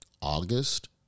August